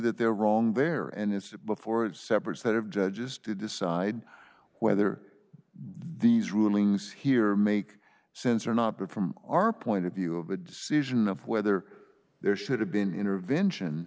that they're wrong there and it's before a separate set of judges to decide whether these rulings here make sense or not but from our point of view of a decision of whether there should have been intervention